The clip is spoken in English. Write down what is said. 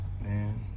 man